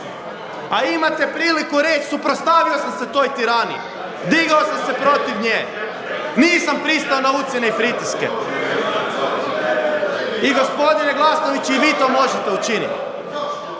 A imate priliku reći suprotstavio sam se toj tiraniji, digao sam se protiv nje. Nisam pristao na ucjene i pritiske. I gospodine Glasnović i vi to možete učiniti,